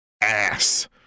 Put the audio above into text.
ass